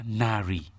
nari